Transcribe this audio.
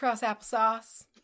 applesauce